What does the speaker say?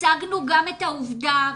הצגנו גם את העובדה,